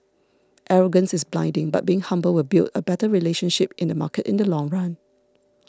arrogance is blinding but being humble will build a better relationship in the market in the long run